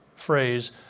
phrase